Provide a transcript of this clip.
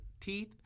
teeth